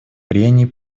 прений